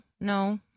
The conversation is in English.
no